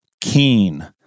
keen